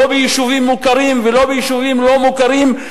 לא ביישובים מוכרים ולא ביישובים לא-מוכרים,